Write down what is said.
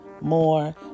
more